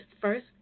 first